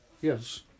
yes